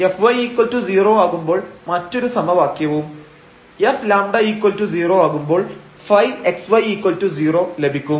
Fy0 ആകുമ്പോൾ മറ്റൊരു സമവാക്യവും Fλ0 ആകുമ്പോൾ ϕxy0 ലഭിക്കും